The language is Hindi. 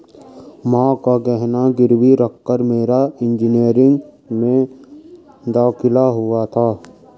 मां का गहना गिरवी रखकर मेरा इंजीनियरिंग में दाखिला हुआ था